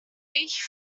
ich